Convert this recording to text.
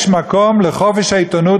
יש מקום לחופש העיתונות,